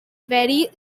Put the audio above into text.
very